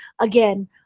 again